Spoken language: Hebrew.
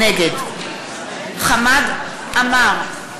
נגד חמד עמאר,